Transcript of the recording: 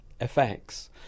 effects